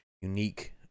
unique